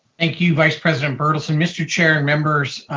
thank you vice president berthelsen. mr. chair and members,